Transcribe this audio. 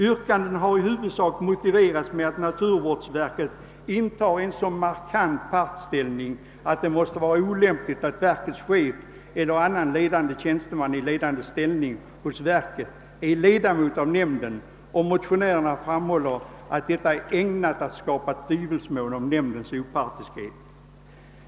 Yrkandet har i huvudsak motiverats med att naturvårdsverket intar en så markant partställning att det måste vara olämpligt att verkets chef eller annan tjänsteman i ledande ställning hos verket är ledamot av nämnden. Motionärerna framhåller att ett sådant förhållande skulle vara ägnat att skapa tvivel på nämndens opartiskhet.